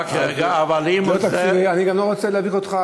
אני גם לא רוצה להביך אותך,